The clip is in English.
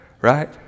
right